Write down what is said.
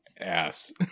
Ass